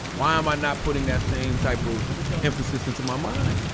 why am i not putting that same type of emphasis into my mind? yeah